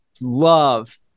love